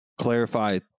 clarify